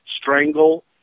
strangle